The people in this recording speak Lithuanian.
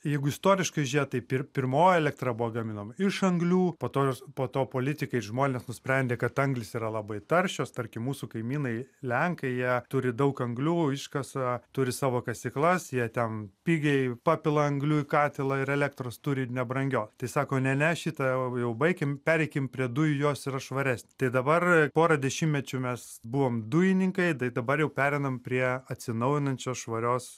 jeigu istoriškai žėt tai pir pirmoji elektra buvo gaminama iš anglių po to jos po to politikai ir žmonės nusprendė kad anglys yra labai taršios tarkim mūsų kaimynai lenkai jie turi daug anglių iškasa turi savo kasyklas jie ten pigiai papila anglių į katilą ir elektros turi nebrangios tai sako ne ne šitą jau baikim pereikime prie dujų jos yra švaresnės tai dabar pora dešimtmečių mes buvom dujininkai tai dabar jau pereinam prie atsinaujinančios švarios